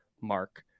mark